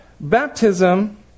Baptism